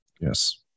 Yes